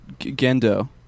Gendo